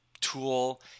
tool